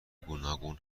گوناگون